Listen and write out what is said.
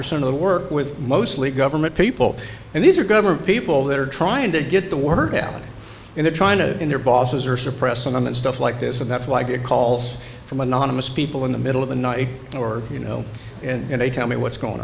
percent of the work with mostly government people and these are government people that are trying to get the word out into trying to in their bosses or suppress them and stuff like this and that's why i get calls from anonymous people in the middle of the night or you know and they tell me what's going